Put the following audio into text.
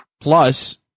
plus